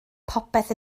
popeth